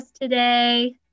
today